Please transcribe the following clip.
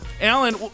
Alan